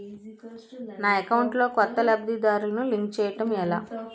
నా అకౌంట్ లో కొత్త లబ్ధిదారులను లింక్ చేయటం ఎలా?